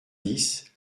dix